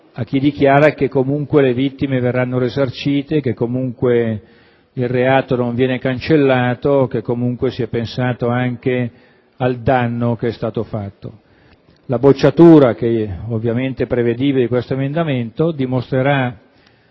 a chi dichiara che comunque le vittime verranno risarcite, che il reato non viene cancellato, che si è pensato anche al danno che è stato fatto. La bocciatura ovviamente prevedibile di questo emendamento dimostrerà